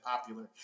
popular